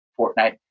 Fortnite